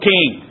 King